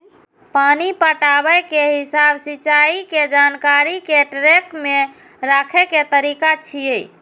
पानि पटाबै के हिसाब सिंचाइ के जानकारी कें ट्रैक मे राखै के तरीका छियै